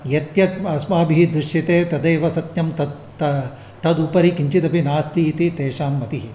यत् यत् म अस्माभिः दृश्यते तदेव सत्यं तत् त तदुपरि किञ्चिदपि नास्ति इति तेषां मतिः